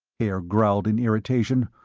haer growled in irritation.